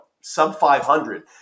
sub-500